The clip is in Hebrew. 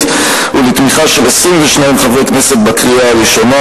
ולתמיכה של 22 חברי כנסת בקריאה הראשונה,